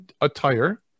attire